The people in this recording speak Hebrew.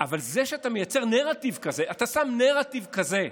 אבל זה שאתה מייצר נרטיב כזה, אתה שם נרטיב כזה,